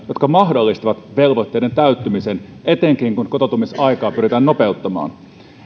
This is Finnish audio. jotka mahdollistavat velvoitteiden täyttymisen etenkin kun kotoutumisaikaa pyritään nopeuttamaan